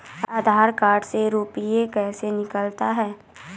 आधार कार्ड से रुपये कैसे निकलता हैं?